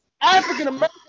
African-American